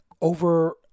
over